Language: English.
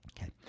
okay